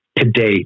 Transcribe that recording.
today